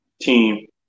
team